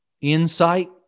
insight